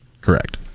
Correct